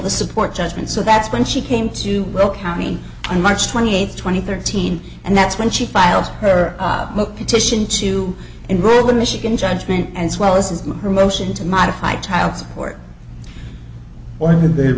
the support judgement so that's when she came to well county on march twenty eighth twenty thirteen and that's when she files her petition to enroll in michigan judgment as well as my promotion to modify child support or